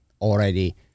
already